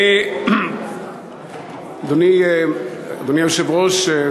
אדוני היושב-ראש,